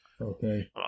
Okay